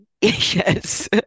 Yes